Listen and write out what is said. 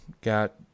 got